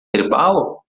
tribal